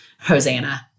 hosanna